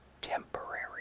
temporary